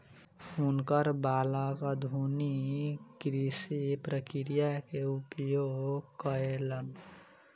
हुनकर बालक आधुनिक कृषि प्रक्रिया के उपयोग कयलैन